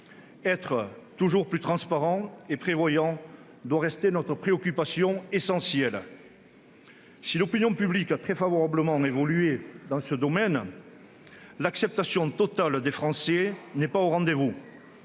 Être toujours plus transparents et prévoyants doit rester notre préoccupation essentielle. Si l'opinion publique a très favorablement évolué dans ce domaine, la pleine acceptation des Français n'est pas au rendez-vous